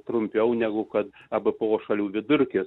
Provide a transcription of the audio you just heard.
trumpiau negu kad ebpo šalių vidurkį